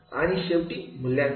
आणि शेवटी मूल्यांकन